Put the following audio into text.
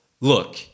look